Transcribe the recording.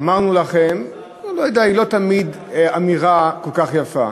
"אמרנו לכם", היא לא אמירה כל כך יפה.